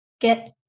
get